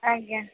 ଆଜ୍ଞା